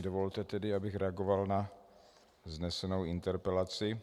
Dovolte mi tedy, abych reagoval na vznesenou interpelaci.